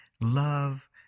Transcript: love